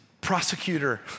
prosecutor